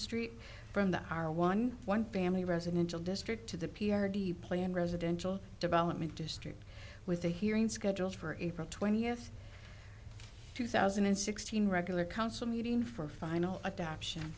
street from the r one one family residential district to the p r deeply and residential development district with a hearing scheduled for april twentieth two thousand and sixteen regular council meeting for final adoption